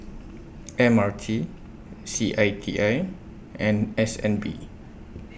M R T C I T I and S N B